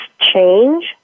change